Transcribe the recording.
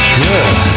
good